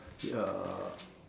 ya